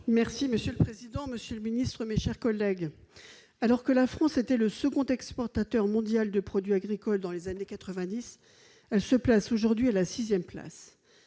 Férat. Monsieur le président, monsieur le ministre, mes chers collègues, alors que la France était le second exportateur mondial de produits agricoles dans les années 1990, elle se place aujourd'hui à la sixième place.